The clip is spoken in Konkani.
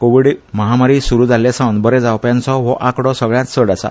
कोविड महामारी स्रू जाल्लेसावन बरे जावप्यांचो हो आकडो सगल्यात चड आसा